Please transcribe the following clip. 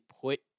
put